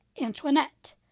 Antoinette